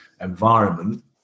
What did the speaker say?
environment